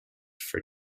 for